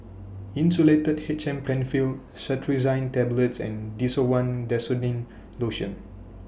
Insulatard H M PenFill Cetirizine Tablets and Desowen Desonide Lotion